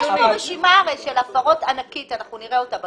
יש כאן רשימה ענקית של הפרות ואנחנו נראה אותה בהמשך.